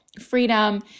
freedom